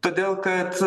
todėl kad